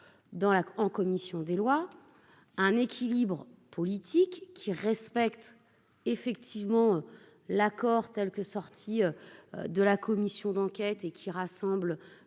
en commission des lois, un équilibre politique qui respecte effectivement l'accord tels que sorti de la commission d'enquête et qui rassemble